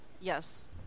Yes